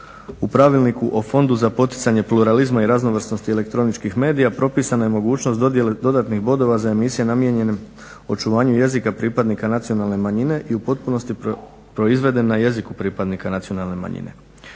U Pravilniku o Fondu za poticanje pluralizma i raznovrsnosti elektroničkih medija propisana je mogućnost dodjele dodatnih bodova za emisije namijenjene očuvanju jezika pripadnika nacionalne manjine i u potpunosti proizveden na jeziku pripadnika nacionalne manjine.